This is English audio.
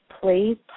please